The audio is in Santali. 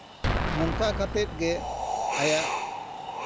ᱱᱚᱝᱠᱟ ᱠᱟᱛᱮᱫ ᱜᱮ ᱟᱭᱟᱜ